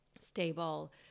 stable